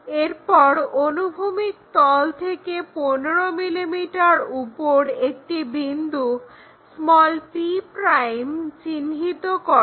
এরপর অনুভূমিক তল থেকে 15 mm উপর একটি বিন্দু p' চিহ্নিত করো